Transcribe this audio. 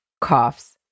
coughs